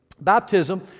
Baptism